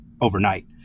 overnight